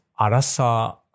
Arasa